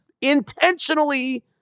intentionally